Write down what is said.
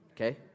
okay